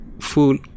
fool